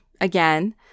again